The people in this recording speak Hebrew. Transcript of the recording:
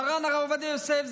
מרן הרב עובדיה יוסף,